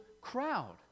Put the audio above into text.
crowd